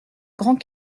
grand